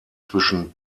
zwischen